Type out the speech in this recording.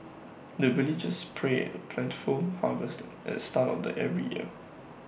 the villagers pray A plentiful harvest at the start of the every year